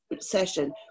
session